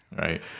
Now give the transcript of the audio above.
Right